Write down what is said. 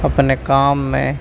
اپنے کام میں